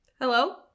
hello